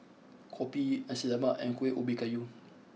Kopi Nasi Lemak and Kuih Ubi Kayu